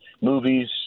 movies